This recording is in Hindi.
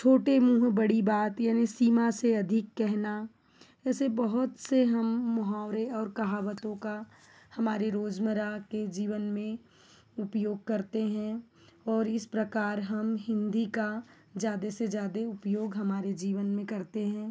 छोटे मुँह बड़ी बात यानि सीमा से अधिक केहना ऐसे बहुत से हम मुहावरे और कहावतों का हमारे रोज़मर्रा के जीवन में उपयोग करते हैं और इस प्रकार हम हिन्दी का ज़्यादा से ज़्यादा उपयोग हमारे जीवन में करते हैं